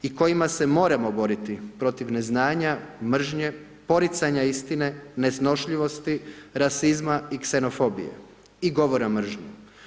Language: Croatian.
I kojima se moramo boriti protiv neznanja, mržnje, poricanja istine, nesnošljivosti, rasizma i ksenofobije i govora mržnje.